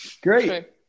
great